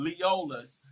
Leola's